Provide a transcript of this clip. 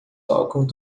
tocam